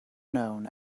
known